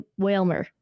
Whalmer